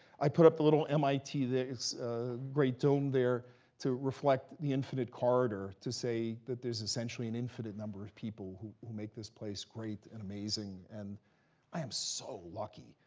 i put up the little mit great dome there to reflect the infinite corridor, to say that there's essentially an infinite number of people who who make this place great and amazing, and i am so lucky.